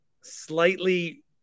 slightly